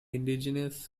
indigenous